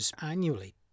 annually